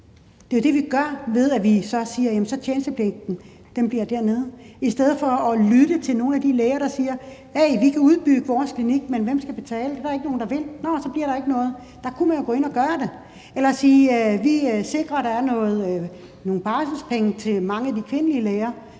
Det er jo det, vi gør ved at sige, at der bliver tjenestepligt dernede, i stedet for at lytte til nogle af de læger, der siger: Vi kan udbygge vores klinik. Men hvem skal betale? Det er der ikke nogen der vil. Nå, så bliver der ikke noget. Der kunne man jo gå ind at gøre det, eller man kunne sige, at vi sikrer, at der er nogle barselspenge til mange af de kvindelige læger.